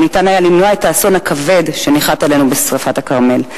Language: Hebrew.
שניתן היה למנוע את האסון הכבד שניחת עלינו בשרפת הכרמל.